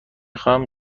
خواهم